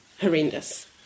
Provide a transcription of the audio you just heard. horrendous